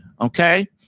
Okay